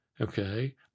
Okay